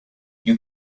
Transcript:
you